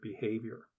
behavior